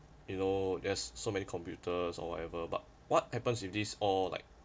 you know there's so many computers or whatever but what happens if these all like